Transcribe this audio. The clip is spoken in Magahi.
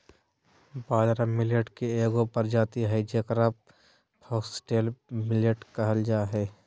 बाजरा मिलेट के एगो प्रजाति हइ जेकरा फॉक्सटेल मिलेट कहल जा हइ